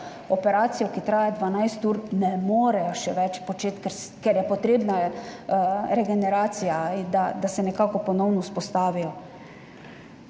operacijo, ki traja 12 ur, ne morejo še več početi, ker je potrebna regeneracija, da se nekako ponovno vzpostavijo.